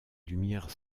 lumières